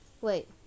wait